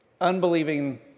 unbelieving